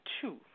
Two